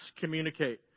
communicate